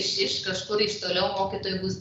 iš kažkur iš toliau mokytojui bus